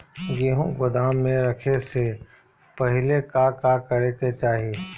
गेहु गोदाम मे रखे से पहिले का का करे के चाही?